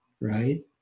Right